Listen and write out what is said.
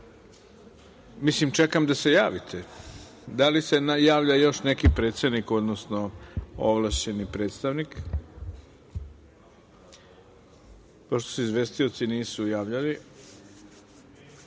Čekam da se javite. Da li se javlja još neki predsednik, odnosno ovlašćeni predstavnik pošto se izvestioci nisu javili? Znate,